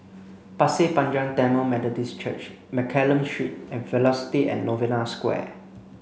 Pasir Panjang Tamil Methodist Church Mccallum Street and Velocity and Novena Square